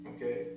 Okay